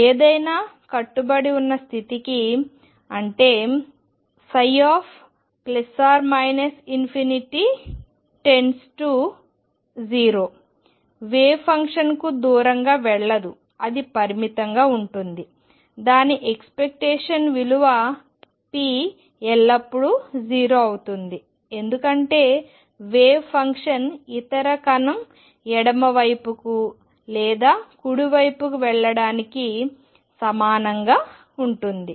ఏదైనా కట్టుబడి ఉన్న స్థితికి అంటే ψ±∞ → 0 వేవ్ ఫంక్షన్కు దూరంగా వెళ్ళదు అది పరిమితంగా ఉంటుంది దాని ఎక్స్పెక్టేషన్ విలువ p ఎల్లప్పుడూ 0 అవుతుంది ఎందుకంటే వేవ్ ఫంక్షన్ ఇతర కణం ఎడమ వైపుకు లేదా కుడి వైపుకు వెళ్లడానికి సమానంగా ఉంటుంది